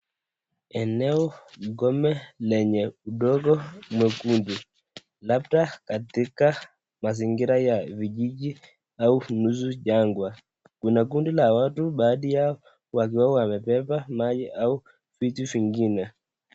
Eneo gome lenye udongo mwekundu, labda katika mazingira ya vijiji au nusu jangwa. Kuna kundi la watu, baadhi yao wakiwa wamebeba maji au vitu vingine.